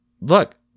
look